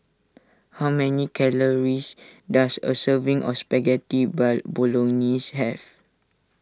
how many calories does a serving of Spaghetti Bolognese have